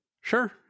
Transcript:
Sure